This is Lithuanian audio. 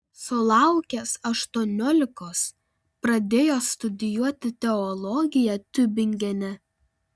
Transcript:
sulaukęs aštuoniolikos pradėjo studijuoti teologiją tiubingene